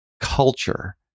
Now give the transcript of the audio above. Culture